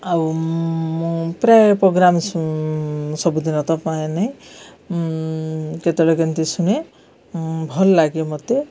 ଆଉ ମୁଁ ପ୍ରାୟ ପ୍ରୋଗ୍ରାମ୍ ସ ସବୁଦିନ ତ ପାଏ ନାହିଁ କେତେବେଳେ କେନ୍ତି ଶୁଣେ ଭଲ ଲାଗେ ମୋତେ